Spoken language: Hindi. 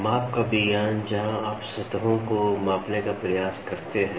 माप का विज्ञान जहां आप सतहों को मापने का प्रयास करते हैं